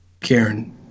Karen